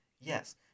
Yes